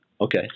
Okay